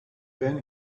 been